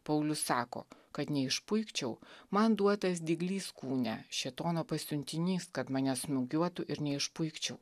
paulius sako kad neišpuikčiau man duotas dyglys kūne šėtono pasiuntinys kad mane smūgiuotų ir neišpuikčiau